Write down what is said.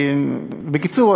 בקיצור,